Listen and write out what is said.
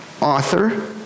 author